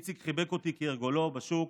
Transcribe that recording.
איציק חיבק אותי, כהרגלו, בשוק,